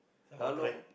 come awak try